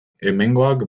hemengoak